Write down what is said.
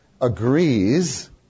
agrees